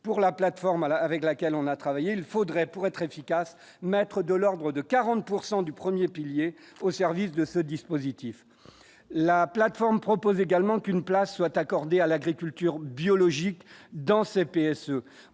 pour la plateforme à la avec laquelle on a travaillé, il faudrait, pour être efficace, maître de l'ordre de 40 pourcent du 1er pilier au service de ce dispositif, la plateforme propose également qu'une place soit accordée à l'agriculture biologique dans CPS,